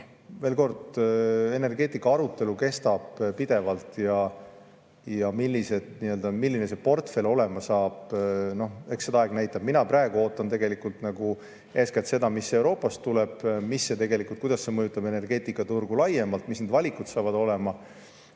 veel kord, energeetikaarutelu kestab pidevalt ja milline see portfell olema saab, eks seda aeg näitab. Mina praegu ootan tegelikult eeskätt seda, mis Euroopast tuleb, kuidas see mõjutab energeetikaturgu laiemalt, mis need valikud saavad olema.